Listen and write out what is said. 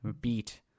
Beat